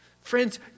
Friends